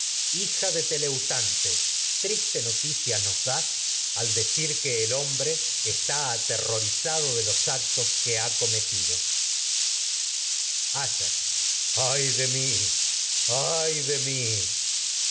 hija el de teleutante noticia nos al que hombre está aterrorizado de los actos que ha cometido áyax a'y de mi ay de mí